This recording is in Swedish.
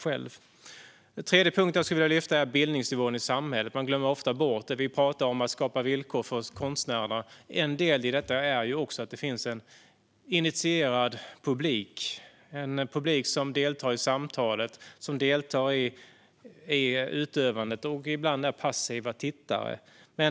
Det tredje som jag skulle vilja lyfta fram är bildningsnivån i samhället. Man glömmer ofta bort det. Vi talar om att skapa villkor för konstnärerna. En del i detta är att det finns en initierad publik som deltar i samtalet, deltar i utövandet och ibland är passiva tittare.